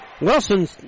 Wilson